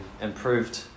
improved